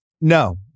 No